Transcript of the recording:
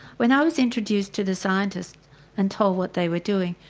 when i was introduced to the scientists and told what they were doing,